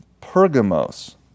Pergamos